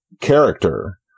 character